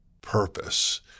purpose